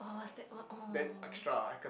!wah! it was that one oh